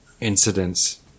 incidents